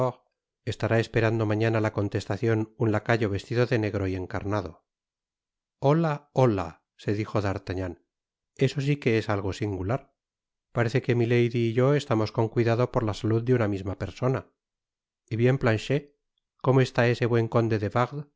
estará esperando mañana la contestacion un lacayo vestido de negro y encarnado hola hola se dijo d'artagnan eso si que es algo singular parece que milady y yo estamos con cuidado por la salud de una misma persona y bien planchet como está ese buen conde de wardes con